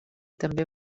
també